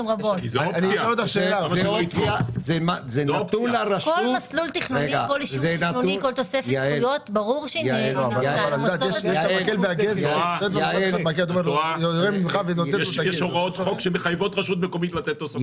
--- יש הוראות חוק שמחייבות רשות מקומית לתת תוספת.